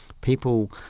people